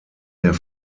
der